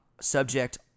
subject